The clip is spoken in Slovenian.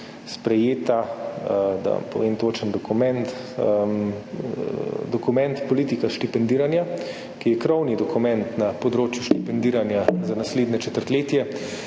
sprejeta, da vam povem točen dokument, dokument Politika štipendiranja, ki je krovni dokument na področju štipendiranja za naslednje četrtletje.